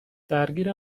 درگیر